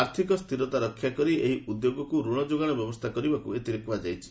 ଆର୍ଥିକ ସ୍ଥିରତା ରକ୍ଷା କରି ଏହି ଉଦ୍ୟୋଗକୁ ରଣ ଯୋଗାଣ ବ୍ୟବସ୍ଥା କରିବାକୁ ଏଥିରେ କୁହାଯାଇଛି